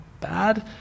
bad